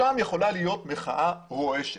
שם יכולה להיות מחאה רועשת.